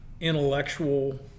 intellectual